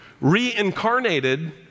reincarnated